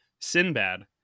Sinbad